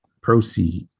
proceed